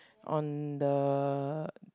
on the